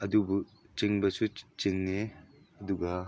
ꯑꯗꯨꯕꯨ ꯆꯤꯡꯕꯁꯨ ꯆꯤꯡꯉꯦ ꯑꯗꯨꯒ